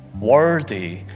Worthy